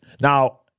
Now